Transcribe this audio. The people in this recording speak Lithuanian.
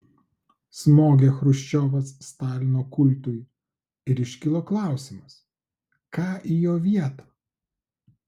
smogė chruščiovas stalino kultui ir iškilo klausimas ką į jo vietą